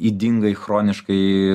ydingai chroniškai